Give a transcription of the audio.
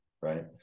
right